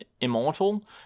immortal